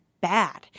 bad